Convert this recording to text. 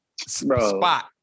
spot